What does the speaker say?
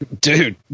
Dude